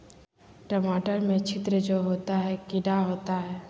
टमाटर में छिद्र जो होता है किडा होता है?